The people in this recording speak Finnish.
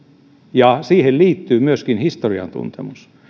ja siihen liittyy myöskin historian tuntemus